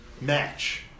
match